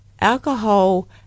alcohol